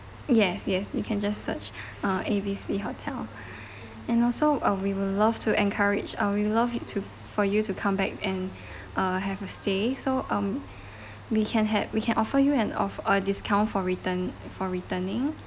yes yes you can just search uh A_B_C hotel and also uh we will love to encourage uh we love it to for you to come back and uh have a stay so um we can had we can offer you an off~ uh discount for return for returning